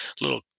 little